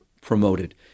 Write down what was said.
promoted